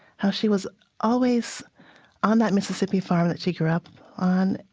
how she was always on that mississippi farm that she grew up on,